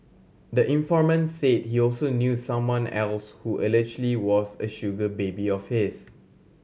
the informant said he also knew someone else who allegedly was a sugar baby of his